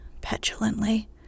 petulantly